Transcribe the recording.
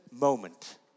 moment